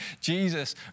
Jesus